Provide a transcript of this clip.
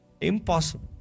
Impossible